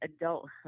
adulthood